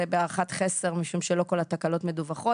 זה בהערכת חסר משום שלא כל התקלות מדווחות,